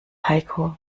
heiko